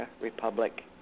Republic